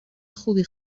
خوبی